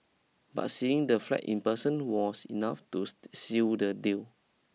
but seeing the flat in person was enough to seal the deal